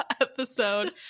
episode